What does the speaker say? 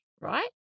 right